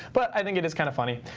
but i think it is kind of funny.